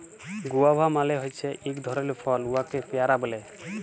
guava মালে হছে ইক ধরলের ফল উয়াকে পেয়ারা ব্যলে